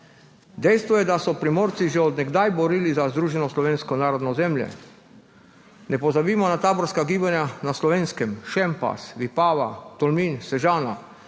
Dejstvo je, da so se Primorci že od nekdaj borili za združeno slovensko narodno ozemlje. Ne pozabimo na taborska gibanja na Slovenskem, Šempas, Vipava, Tolmin, Sežana,